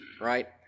right